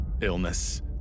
illness